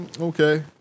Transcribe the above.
okay